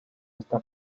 esta